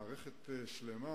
מערכת שלמה,